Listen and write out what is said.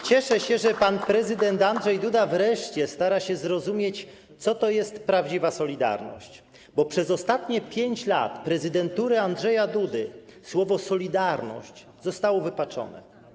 Cieszę się, że pan prezydent Andrzej Duda wreszcie stara się zrozumieć, co to jest prawdziwa solidarność, bo przez ostatnie 5 lat prezydentury Andrzeja Dudy słowo „solidarność” zostało wypaczone.